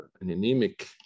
anemic